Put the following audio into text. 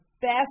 best